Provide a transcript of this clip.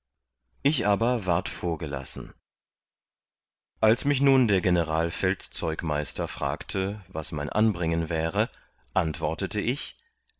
ich aber ward vorgelassen als mich nun der generalfeldzeugmeister fragte was mein anbringen wäre antwortete ich